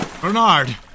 Bernard